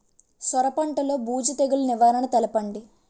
సొర పంటలో బూజు తెగులు నివారణ తెలపండి?